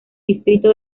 distrito